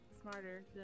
smarter